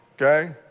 Okay